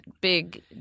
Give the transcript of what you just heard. big